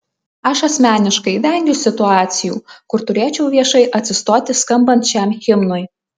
aš asmeniškai vengiu situacijų kur turėčiau viešai atsistoti skambant šiam himnui